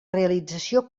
realització